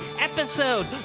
episode